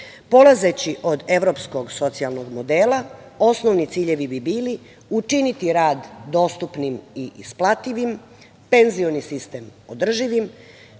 Polazeći od evropskog socijalnog modela, osnovni ciljevi bi bili – učiniti rad dostupnim i isplativim, penzioni sistem održivim,